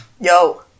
Yo